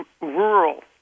rural